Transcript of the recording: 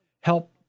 help